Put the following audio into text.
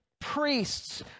priests